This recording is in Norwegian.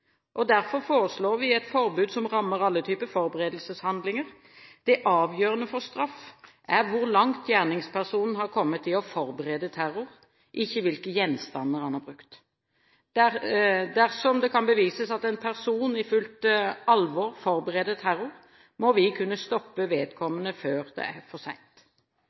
o.l. Derfor foreslår vi et forbud som rammer alle typer forberedelseshandlinger. Det avgjørende for straff er hvor langt gjerningspersonen har kommet i å forberede terror, ikke hvilke gjenstander vedkommende har brukt. Dersom det kan bevises at en person i fullt alvor forbereder terror, må vi kunne stoppe vedkommende før det er for